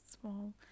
small